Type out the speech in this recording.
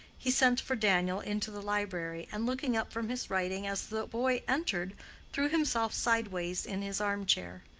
he sent for daniel into the library, and looking up from his writing as the boy entered threw himself sideways in his armchair.